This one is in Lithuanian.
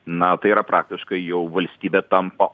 na tai yra praktiškai jau valstybė tampa